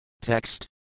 Text